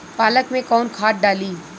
पालक में कौन खाद डाली?